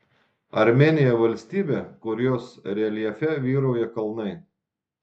armėnija valstybė kurios reljefe vyrauja kalnai